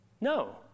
No